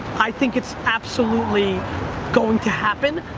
i think it's absolutely going to happen.